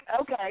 Okay